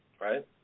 Right